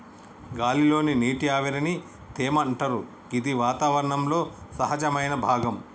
గాలి లోని నీటి ఆవిరిని తేమ అంటరు గిది వాతావరణంలో సహజమైన భాగం